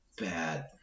bad